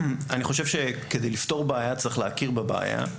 אני חושב שכדי לפתור בעיה, צריך להכיר בבעיה.